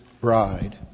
bride